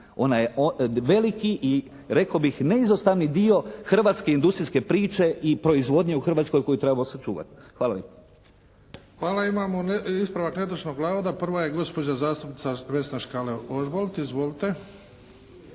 ona je veliki i rekao bih neizostavni dio hrvatske industrijske priče i proizvodnje u Hrvatskoj koju trebamo sačuvati. Hvala lijepa. **Bebić, Luka (HDZ)** Hvala. Imamo ispravak netočnog navoda. Prva je gospođa zastupnica Vesna Škare Ožbolt. Izvolite.